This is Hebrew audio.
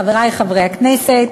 חברי חברי הכנסת,